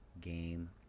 game